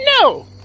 No